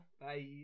Bye